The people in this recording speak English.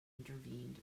intervened